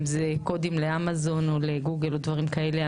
אם זה קודים לאמזון או לגוגל או דברים כאלה,